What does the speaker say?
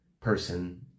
person